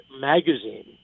Magazine